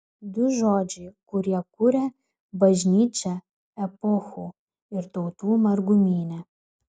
du žodžiai kurie kuria bažnyčią epochų ir tautų margumyne